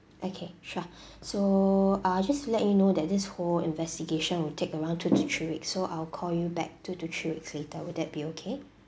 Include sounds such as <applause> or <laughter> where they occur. okay sure <breath> so uh just to let you know that this whole investigation will take around two to three weeks so I'll call you back two to three weeks later will that be okay